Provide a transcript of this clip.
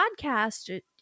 podcast